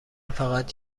فقط